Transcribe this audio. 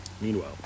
Meanwhile